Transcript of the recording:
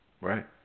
Right